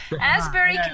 Asbury